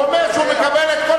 הוא אומר שהוא מקבל את כל